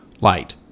light